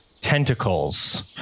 tentacles